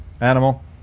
animal